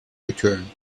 return